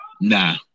Nah